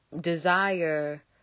desire